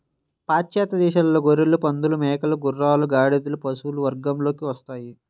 పాశ్చాత్య దేశాలలో గొర్రెలు, పందులు, మేకలు, గుర్రాలు, గాడిదలు పశువుల వర్గంలోకి వస్తాయి